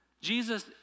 Jesus